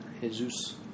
Jesus